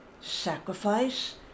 sacrifice